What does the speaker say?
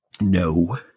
No